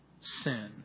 sin